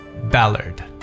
Ballard